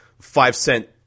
five-cent